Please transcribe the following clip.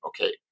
okay